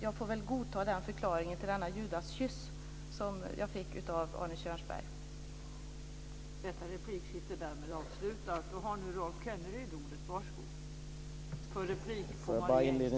Jag får väl godta denna förklaring till den judaskyss som jag fick av Arne